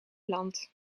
land